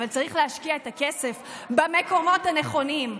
אבל צריך להשקיע את הכסף במקומות הנכונים,